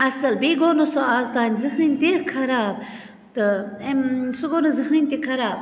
اصٕل بیٚیہِ گوٚو نہٕ سُہ اَزتانۍ زٕہٕنٛے تہِ خَراب أمۍ تہٕ سُہ گوٚو نہٕ زٕہٕنٛے تہِ خَراب